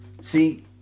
See